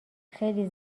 خیلی